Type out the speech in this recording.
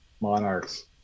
Monarchs